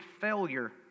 failure